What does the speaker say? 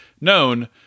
known